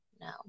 no